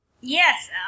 Yes